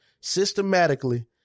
systematically